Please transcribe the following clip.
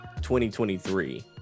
2023